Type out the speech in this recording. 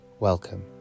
Welcome